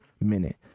minute